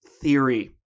theory